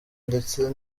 ndetse